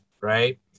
Right